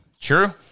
True